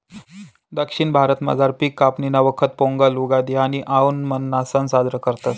दक्षिण भारतामझार पिक कापणीना वखत पोंगल, उगादि आणि आओणमना सण साजरा करतस